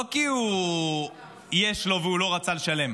לא כי יש לו והוא לא רצה לשלם,